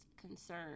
concern